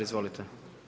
Izvolite.